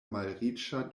malriĉa